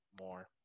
more